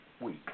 week